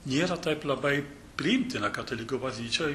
nėra taip labai priimtina katalikų bažnyčioj